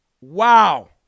Wow